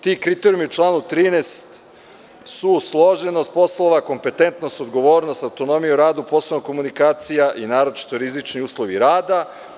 Ti kriterijumi u članu 13. su: složenost poslova, kompetentnost, odgovornost, autonomija u radu, poslovna komunikacija i naročito rizični uslovi rada.